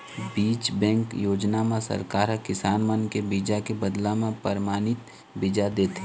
बीज बेंक योजना म सरकार ह किसान मन के बीजा के बदला म परमानित बीजा देथे